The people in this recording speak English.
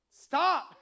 Stop